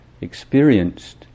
experienced